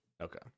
Okay